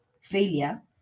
Failure